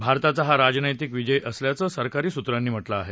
भारताचा हा राजनैतिक विजय असल्याचं सरकारी सूत्रांनी म्हा कें आहे